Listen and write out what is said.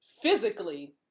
physically